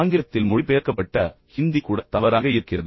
ஆங்கிலத்தில் மொழிபெயர்க்கப்பட்ட ஹிந்தி கூட தவறாக இருக்கிறது